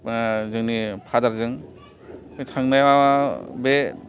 जोंनि फाडारजों थांनाया बे